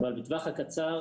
אבל בטווח הקצר